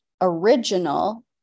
original